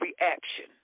reaction